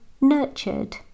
nurtured